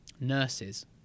nurses